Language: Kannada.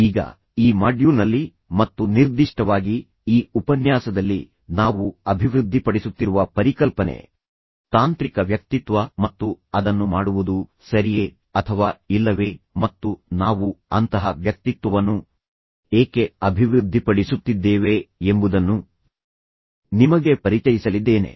ಈಗ ಈ ಮಾಡ್ಯೂಲ್ನಲ್ಲಿ ಮತ್ತು ನಿರ್ದಿಷ್ಟವಾಗಿ ಈ ಉಪನ್ಯಾಸದಲ್ಲಿ ನಾವು ಅಭಿವೃದ್ಧಿಪಡಿಸುತ್ತಿರುವ ಪರಿಕಲ್ಪನೆ ತಾಂತ್ರಿಕ ವ್ಯಕ್ತಿತ್ವ ಮತ್ತು ಅದನ್ನು ಮಾಡುವುದು ಸರಿಯೇ ಅಥವಾ ಇಲ್ಲವೇ ಮತ್ತು ನಾವು ಅಂತಹ ವ್ಯಕ್ತಿತ್ವವನ್ನು ಏಕೆ ಅಭಿವೃದ್ಧಿಪಡಿಸುತ್ತಿದ್ದೇವೆ ಎಂಬುದನ್ನು ನಾನು ನಿಮಗೆ ಪರಿಚಯಿಸಲಿದ್ದೇನೆ